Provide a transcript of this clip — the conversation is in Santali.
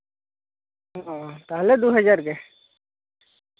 ᱚ ᱛᱟᱦᱚᱞᱮ ᱫᱩ ᱦᱟᱡᱟᱨ ᱜᱮ